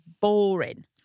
boring